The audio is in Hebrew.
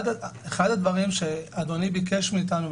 אחד הדברים שאדוני ביקש מאתנו,